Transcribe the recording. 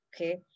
okay